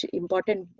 important